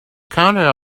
counter